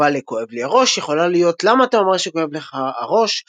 התגובה ל"כואב לי הראש" יכולה להיות "למה אתה אומר שכואב לך הראש?"